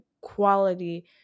quality